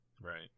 Right